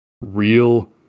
real